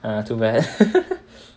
uh too bad